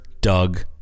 Doug